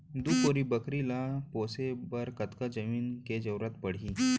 दू कोरी बकरी ला पोसे बर कतका जमीन के जरूरत पढही?